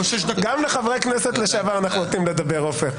עופר.